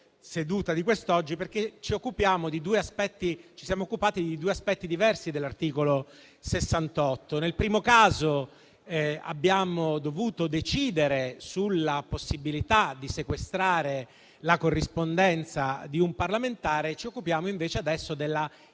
di quest'oggi perché ci siamo occupati di due aspetti diversi dell'articolo 68 della Costituzione. Nel primo caso, abbiamo dovuto decidere sulla possibilità di sequestrare la corrispondenza di un parlamentare; adesso, ci occupiamo invece